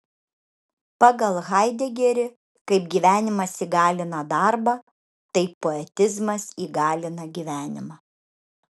pagal haidegerį kaip gyvenimas įgalina darbą taip poetizmas įgalina gyvenimą